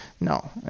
No